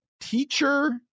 teacher